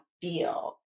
feel